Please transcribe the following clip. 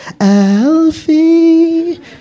Alfie